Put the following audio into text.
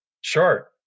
Sure